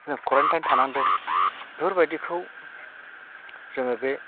quarantine थानांदों बेफोर बायदिखौ जोङो बे